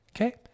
okay